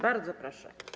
Bardzo proszę.